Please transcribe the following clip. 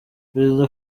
perezida